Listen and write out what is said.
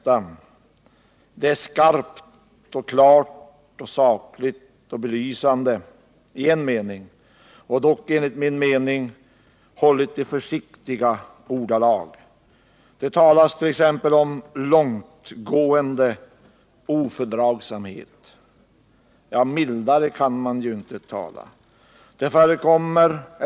Det är skarpt, klart, sakligt och belysande i en mening, men dock enligt min uppfattning hållet i försiktiga ordalag. Det talas t.ex. om ”långtgående oföretagsamhet”. Ja, mildare kan man inte uttrycka sig.